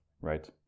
Right